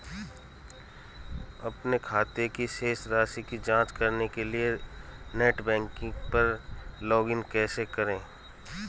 अपने खाते की शेष राशि की जांच करने के लिए नेट बैंकिंग पर लॉगइन कैसे करें?